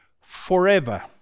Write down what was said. forever